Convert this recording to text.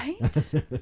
Right